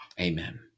amen